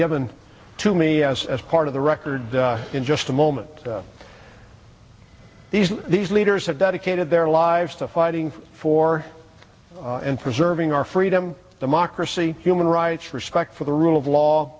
given to me as as part of the record in just a moment these these leaders have dedicated their lives to fighting for and preserving our freedom democracy human rights respect for the rule of law